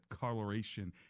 coloration